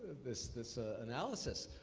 this this ah analysis.